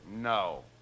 No